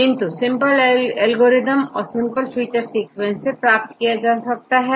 किन्तु simple algorithm या simple feature sequence से प्राप्त होते हैं